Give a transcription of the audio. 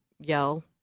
yell